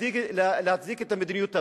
להצדיק את המדיניות הפסולה.